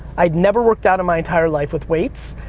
i had never worked out in my entire life with weights,